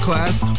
Class